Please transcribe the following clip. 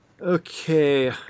Okay